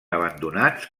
abandonats